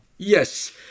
Yes